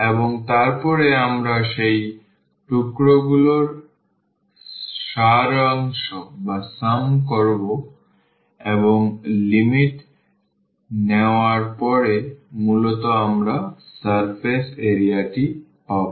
এবং তারপরে আমরা সেই টুকরোগুলোর সারাংশ করব এবং লিমিট নেওয়ার পরে মূলত আমরা সারফেস এরিয়াটি পাব